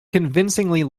convincingly